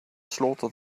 slaughter